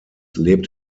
lebt